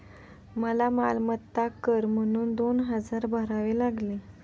मला मालमत्ता कर म्हणून दोन हजार भरावे लागले